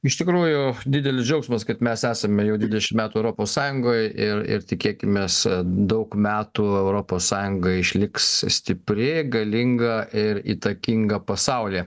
iš tikrųjų didelis džiaugsmas kad mes esame jau dvidešimt metų europos sąjungoj ir ir tikėkimės daug metų europos sąjunga išliks stipri galinga ir įtakinga pasaulyje